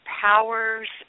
powers